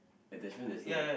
attachment there's no right